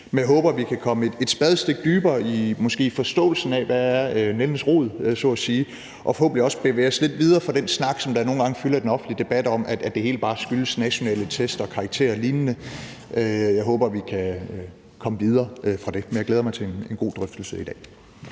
men jeg håber, at vi måske kan komme et spadestik dybere i forståelsen af, hvad nældens rod er, så at sige, og forhåbentlig også bevæge os lidt videre fra den snak, som nogle gange fylder den offentlige debat, om, at det hele bare skyldes nationale test og karakterer og lignende. Jeg håber, vi kan komme videre fra det, og jeg glæder mig til en god drøftelse i dag.